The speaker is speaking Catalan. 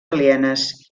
alienes